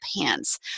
pants